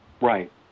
Right